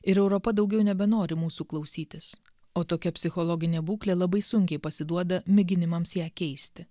ir europa daugiau nebenori mūsų klausytis o tokia psichologinė būklė labai sunkiai pasiduoda mėginimams ją keisti